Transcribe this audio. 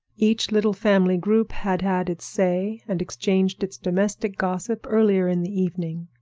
each little family group had had its say and exchanged its domestic gossip earlier in the evening.